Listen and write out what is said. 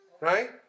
right